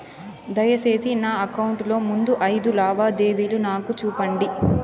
దయసేసి నా అకౌంట్ లో ముందు అయిదు లావాదేవీలు నాకు చూపండి